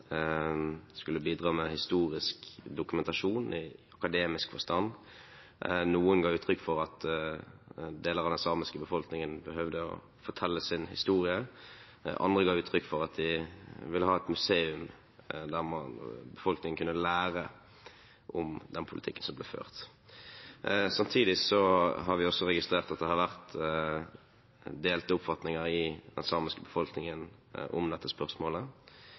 skulle bidra med historisk dokumentasjon i akademisk forstand. Noen ga uttrykk for at deler av den samiske befolkningen behøvde å fortelle sin historie. Andre ga uttrykk for at de ville ha et museum der befolkningen kunne lære om den politikken som ble ført. Vi har også registrert at det har vært delte oppfatninger i den samiske befolkningen om dette spørsmålet.